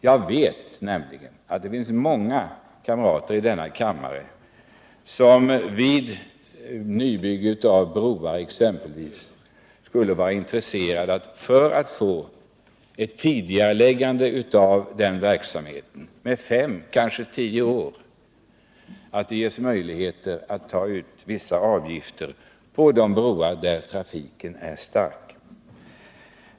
Jag vet nämligen att det finns många kamrater i denna kammare som skulle vara intresserade av att det exempelvis vid nybygge av broar, för ett tidigareläggande av verksamheten med fem eller tio år, gavs möjligheter att ta ut vissa avgifter på de broar där trafiken är stark.